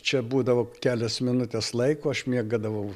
čia būdavo kelios minutes laiko aš mėgdavau